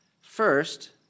First